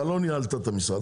אתה לא ניהלת את המשרד,